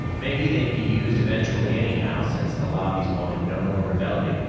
maybe they'd be used eventually, anyhow, since the lobbies wanted no more rebellion.